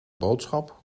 boodschap